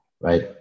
right